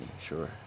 sure